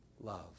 love